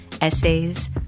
Essays